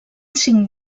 cinc